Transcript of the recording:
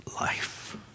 life